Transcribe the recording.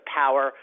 power